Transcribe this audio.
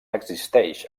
existeix